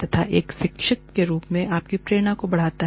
तथा एक शिक्षक के रूप में आपकी प्रेरणा को बढ़ाता है